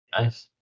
Nice